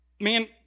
Man